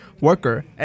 worker